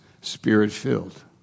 spirit-filled